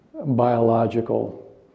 biological